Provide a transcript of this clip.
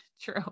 True